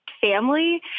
family